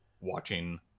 watching